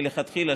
מלכתחילה,